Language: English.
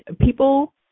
people